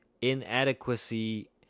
inadequacy